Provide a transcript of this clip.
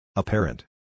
Apparent